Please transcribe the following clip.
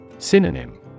Synonym